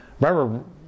remember